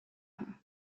her